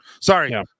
Sorry